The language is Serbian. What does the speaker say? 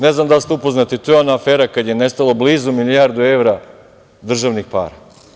Ne znam da li ste upoznati, to je ona afera kad je nestalo blizu milijardu evra državnih para.